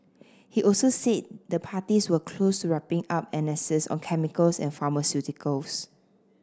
he also said the parties were close wrapping up annexes on chemicals and pharmaceuticals